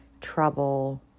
trouble